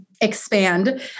expand